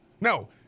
no